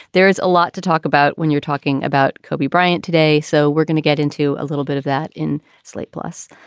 there is a lot to talk about when you're talking about kobe bryant today. so we're going to get into a little bit of that in slate plus.